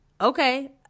Okay